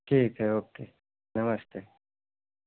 ठीक है ओके नमस्ते